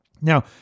Now